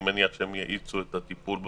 אני מניח שהם יאיצו את הטיפול בבקשות.